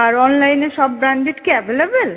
আর অনলাইনে সব ব্র্যান্ডেড কি অ্যাভেলেবেল